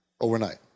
overnight